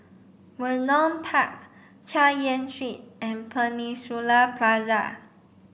Vernon Park Chay Yan Street and Peninsula Plaza